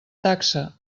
taxa